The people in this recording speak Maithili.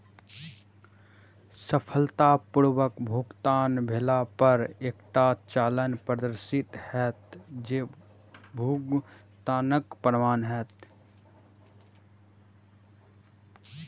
सफलतापूर्वक भुगतान भेला पर एकटा चालान प्रदर्शित हैत, जे भुगतानक प्रमाण हैत